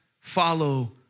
follow